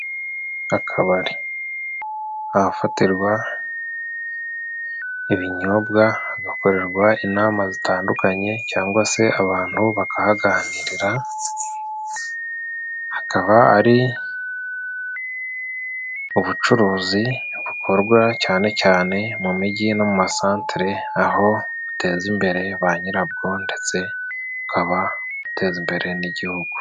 Akabari : Ahafatirwa ibinyobwa, hagakorerwa inama zitandukanye cyangwa se abantu bakahaganirira, hakaba ari ubucuruzi bukorwa cyane cyane mu mijyi no mu masantere aho buteza imbere ba nyirabwo ndetse bukaba buteza imbere n'igihugu.